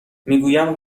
میگویم